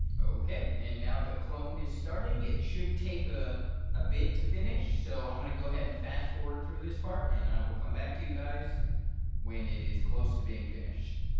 okay and now the clone is starting it should take a ah bit to finish so i'm gonna go ahead and fast-forward through this part and i will come back to you guys when it is close to being finished.